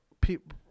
people